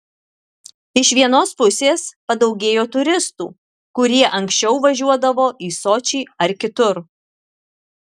iš vienos pusės padaugėjo turistų kurie anksčiau važiuodavo į sočį ar kitur